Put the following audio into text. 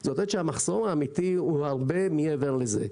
זה אומר שהמחסור האמיתי הוא הרבה מעבר לזה.